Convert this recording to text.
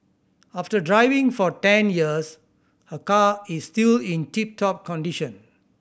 after driving for ten years her car is still in tip top condition